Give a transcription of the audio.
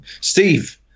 Steve